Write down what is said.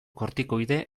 kortikoide